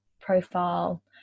profile